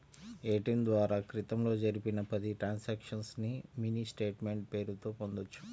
ATM ద్వారా క్రితంలో జరిపిన పది ట్రాన్సక్షన్స్ ని మినీ స్టేట్ మెంట్ పేరుతో పొందొచ్చు